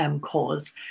cause